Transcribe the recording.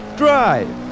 drive